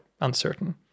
uncertain